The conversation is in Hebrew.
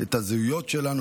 את הזהויות שלנו,